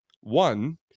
One